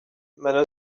mme